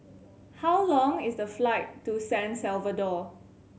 how long is the flight to San Salvador